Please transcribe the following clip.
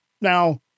Now